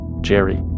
Jerry